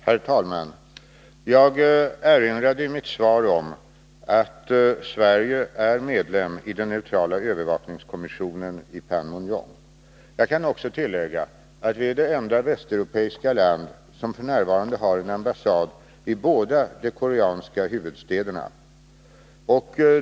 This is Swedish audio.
Herr talman! Jag erinrade i mitt svar om att Sverige är medlem i den neutrala övervakningskommissionen i Panmunjom. Jag kan tillägga att vi också är det enda västeuropeiska land som f. n. har en ambassad i båda de koreanska huvudstäderna.